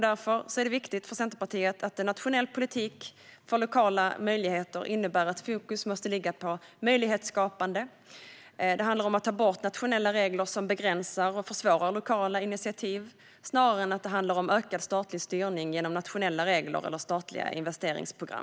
Därför är det tydligt för Centerpartiet att en nationell politik för lokala möjligheter innebär att fokus måste ligga på möjlighetsskapande. Det handlar om att ta bort nationella regler som begränsar och försvårar lokala initiativ snarare än om ökad statlig styrning genom nationella regler eller statliga investeringsprogram.